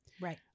Right